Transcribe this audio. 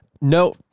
no